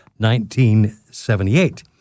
1978